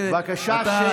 בבקשה, שקט.